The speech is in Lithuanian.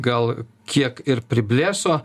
gal kiek ir priblėso